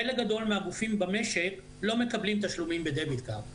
חלק גדול מהגופים במשק לא מקבלים תשלומים בדביט קארד